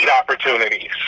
opportunities